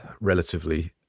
relatively